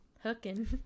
hooking